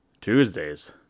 Tuesdays